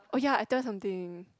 oh ya I tell you something